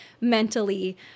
mentally